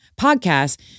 podcast